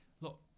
look